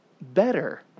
better